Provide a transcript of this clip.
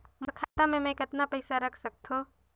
मोर खाता मे मै कतना पइसा रख सख्तो?